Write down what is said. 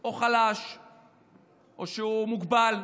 או חלש או שהוא מוגבל.